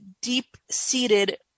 deep-seated